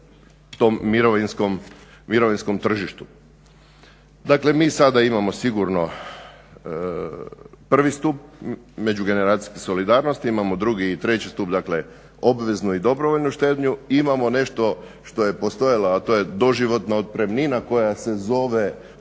tom mirovinskom tržištu. Dakle, mi sada imamo sigurno prvi stup međugeneracijske solidarnosti, imamo drugi i treći stup, dakle obvezno i dobrovoljnu štednju i imamo nešto što je postojalo, a to je doživotna otpremnina koja se zove